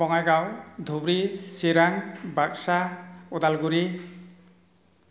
Bongaigaon Dhubri Chirang Baksa Udalguri